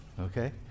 okay